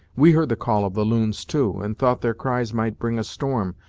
we heard the call of the loons, too, and thought their cries might bring a storm,